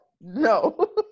No